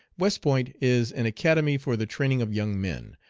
west point is an academy for the training of young men,